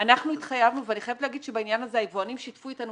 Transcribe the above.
אנחנו התחייבנו ואני חייבת לומר שבעניין הזה היבואנים שיתפו אתנו